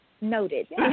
Noted